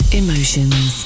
emotions